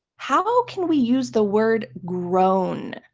how can we use the word grown?